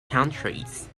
countries